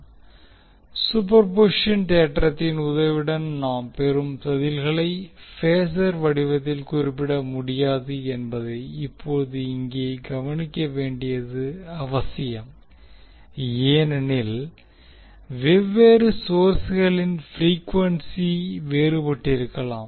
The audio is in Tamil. சூப்பர்பொசிஷன் சூப்பர்பொசிஷன் தேற்றத்தின் உதவியுடன் நாம் பெறும் பதில்களை பேஸர் வடிவத்தில் குறிப்பிட முடியாது என்பதை இப்போது இங்கே கவனிக்க வேண்டியது அவசியம் ஏனெனில் வெவ்வேறு சோர்ஸ்களின் ப்ரீக்வென்சி வேறுபட்டிருக்கலாம்